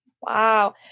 Wow